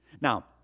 Now